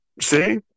See